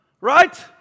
Right